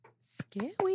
Scary